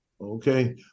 Okay